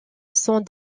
sont